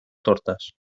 tortas